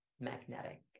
magnetic